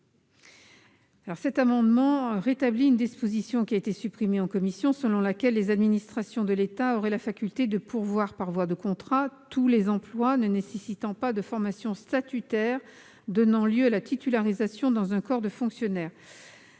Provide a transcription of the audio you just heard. il vise à rétablir une disposition supprimée en commission, en vertu de laquelle les administrations de l'État pourraient pourvoir par voie de contrat tous les emplois ne nécessitant pas de formation statutaire donnant lieu à titularisation dans un corps de fonctionnaires.